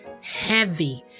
heavy